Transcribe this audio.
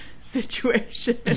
situation